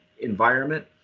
environment